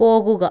പോകുക